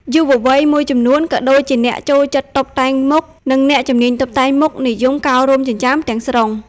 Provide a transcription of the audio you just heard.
យុវវ័យមួយចំនួន ក៏ដូចជាអ្នកចូលចិត្តតុបតែងមុខ និងអ្នកជំនាញតុបតែងមុខនិយមកោររោមចិញ្ចើមទាំងស្រុង។